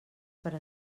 per